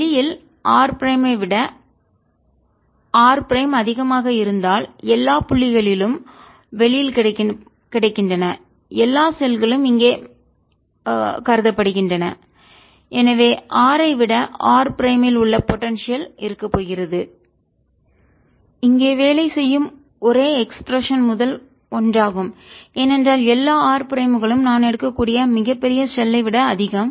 வெளியில் R prime விட r prime அதிகமாக இருந்தால் எல்லா புள்ளிகளும் வெளியில் கிடக்கின்றன எல்லா ஷெல்களும் இங்கே கருதப்படுகின்றன எனவே R ஐ விட r பிரைம் இல் உள்ள போடன்சியல் இருக்கப் போகிறது இங்கே வேலை செய்யும் ஒரே எக்ஸ்பிரஷன் முதல் ஒன்றாகும் ஏனென்றால் எல்லா r ப்ரைம்களும் நான் எடுக்கக்கூடிய மிகப்பெரிய ஷெல்லை விட அதிகம்